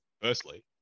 Firstly